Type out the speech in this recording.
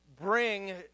bring